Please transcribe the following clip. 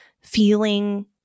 feeling